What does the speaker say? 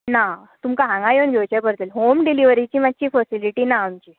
ना तुमकां हांगा येवन घेंवचे पडटले हॉम डिलीवरीची मातशीं फेसिलीटी ना आमची